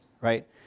right